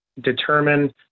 determine